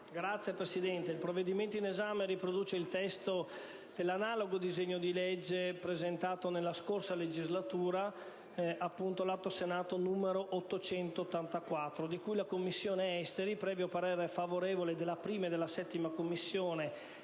Signor Presidente, il provvedimento in esame riproduce il testo dell'analogo disegno di legge presentato nella scorsa legislatura (Atto Senato n. 884), su cui la Commissione esteri, previo parere favorevole delle Commissioni